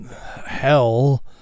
hell